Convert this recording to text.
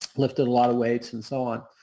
lifted a lot of weights and so on.